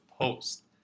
post